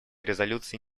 резолюции